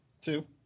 Two